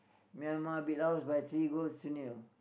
Myanmar beat Laos by three goals to nil